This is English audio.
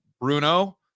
Bruno